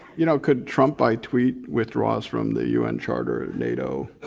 you know could trump by tweet withdraw us from the un charter, nato,